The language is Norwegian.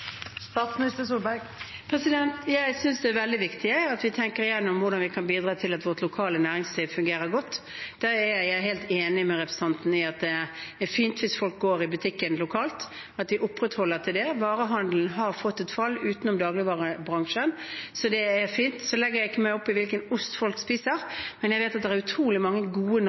Jeg synes det er veldig viktig at vi tenker gjennom hvordan vi kan bidra til at vårt lokale næringsliv fungerer godt. Der er jeg helt enig med representanten, at det er fint hvis folk går i butikken lokalt, og at de opprettholder det. Varehandelen har fått et fall, utenom dagligvarebransjen. Så legger jeg meg ikke opp i hvilken ost folk spiser, men jeg vet at det er utrolig mange gode